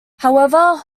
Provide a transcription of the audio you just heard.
however